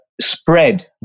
spread